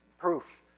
proof